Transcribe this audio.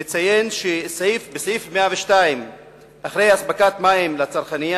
בסעיף 102 אחרי "אספקת מים לצרכנים"